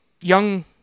young